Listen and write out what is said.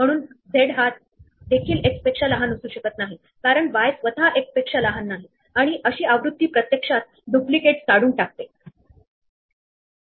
म्हणून मी या ax ay पासून रिचेबल असणारे सर्व स्क्वेअर मार्क करतो ज्यापैकी काही आधीच मार्क झालेले आहेत आणि काही आता मार्क करत आहे